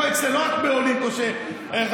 לא רק אצל עולים,